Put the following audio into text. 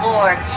Lord